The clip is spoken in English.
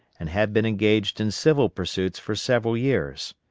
and had been engaged in civil pursuits for several years.